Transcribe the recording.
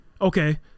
okay